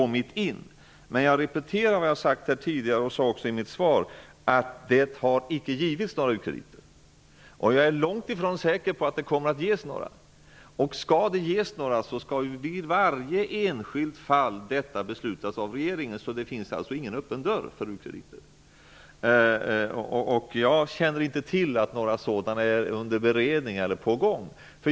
Men jag repeterar vad jag tidigare har sagt, att det icke har givits några u-krediter -- och jag är långtifrån säker på att det kommer att ges några. Om det skall ges u-krediter, skall detta i varje enskilt fall beslutas av regeringen. Det finns alltså ingen öppen dörr för u-krediter. Jag känner inte till att några sådana är under beredning eller på gång.